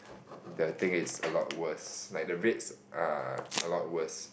the thing is a lot worse like the rates are a lot worse